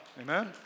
Amen